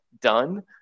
done